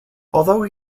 although